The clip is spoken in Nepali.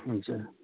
हुन्छ